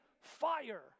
fire